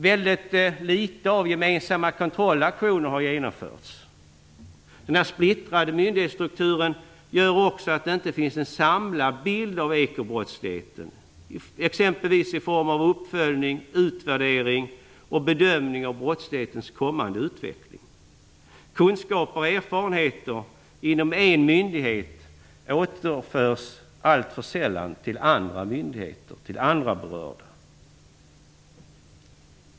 Det har genomförts mycket litet av gemensamma kontrollaktioner. Den splittrade myndighetsstrukturen gör också att det inte finns en samlad bild av ekobrottsligheten, framtagen exempelvis genom uppföljning, utvärdering och bedömning av brottslighetens kommande utveckling. Kunskaper och erfarenheter inom en myndighet återförs alltför sällan till andra myndigheter och andra berörda.